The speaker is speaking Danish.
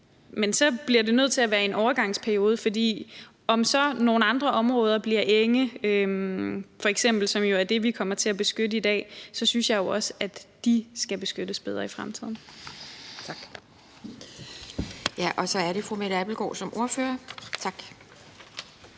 men så bliver det nødt til at være i en overgangsperiode, for hvis nogle andre områder f.eks. så bliver enge – det er jo det, vi kommer til at beskytte i dag – synes jeg jo også, at de skal beskyttes bedre i fremtiden. Kl. 14:53 Anden næstformand (Pia Kjærsgaard): Tak.